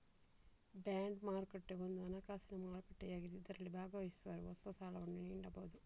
bond ಮಾರುಕಟ್ಟೆ ಒಂದು ಹಣಕಾಸಿನ ಮಾರುಕಟ್ಟೆಯಾಗಿದ್ದು ಇದರಲ್ಲಿ ಭಾಗವಹಿಸುವವರು ಹೊಸ ಸಾಲವನ್ನು ನೀಡಬಹುದು